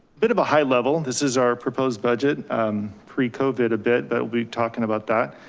bit of a high level. this is our proposed budget pre covid a bit, but we'll be talking about that.